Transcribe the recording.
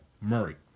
Murray